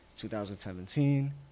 2017